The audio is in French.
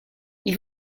ils